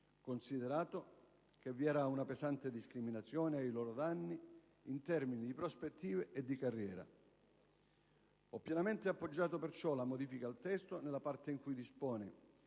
considerato che vi era una pesante discriminazione ai loro danni in termini di prospettive di carriera. Ho pienamente appoggiato, perciò, la modifica al testo nella parte in cui dispone